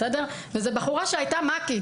וזאת בחורה שהייתה מ"כית,